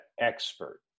expert